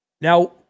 Now